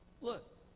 Look